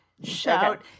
Shout